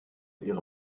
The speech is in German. ihre